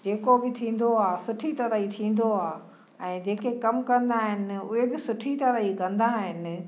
जेको बि थींदो आहे सुठी तरह ई थींदो आहे ऐं जेके कमु कंदा आहिनि उहे बि सुठी तरह ई कंदा आहिनि